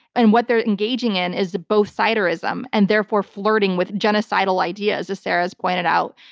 and what they're engaging in is both siderism and therefore flirting with genocidal ideas, as sarah has pointed out,